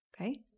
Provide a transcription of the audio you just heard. Okay